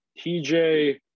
TJ